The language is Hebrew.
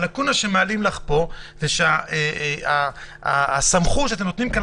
בעצם הלקונה שמעלים לך פה היא שהסמכות שאתם נותנים כאן